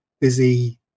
busy